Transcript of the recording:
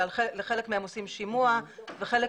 לחלק מהם עושים שימוע וחלק